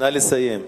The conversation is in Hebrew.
נא לסיים.